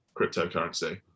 cryptocurrency